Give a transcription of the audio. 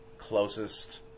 closest